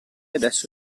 adesso